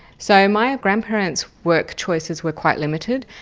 so my grandparents work choices were quite limited.